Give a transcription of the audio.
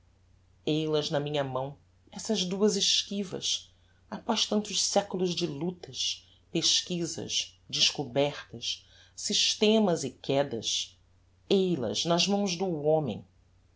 eil as na minha mão essas duas esquivas após tantos seculos de lutas pesquizas descobertas systemas e quédas eil as nas mãos do homem